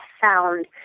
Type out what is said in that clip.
found